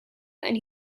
and